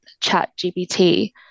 ChatGPT